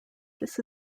this